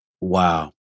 Wow